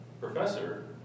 professor